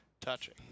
touching